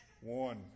one